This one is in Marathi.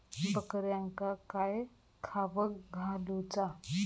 बकऱ्यांका काय खावक घालूचा?